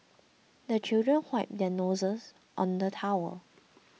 the children wipe their noses on the towel